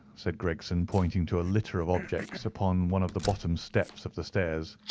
said gregson, pointing to a litter of objects upon one of the bottom steps of the stairs.